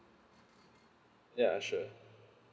ya sure